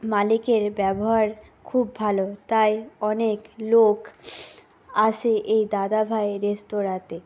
মালিকের ব্যবহার খুব ভালো তাই অনেক লোক আসে এই দাদাভাই রেস্তোরাঁতে